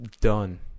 done